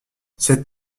cette